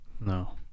No